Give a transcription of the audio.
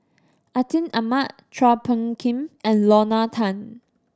Atin Amat Chua Phung Kim and Lorna Tan